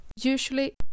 Usually